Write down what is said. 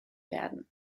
werden